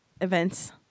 events